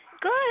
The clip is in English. Good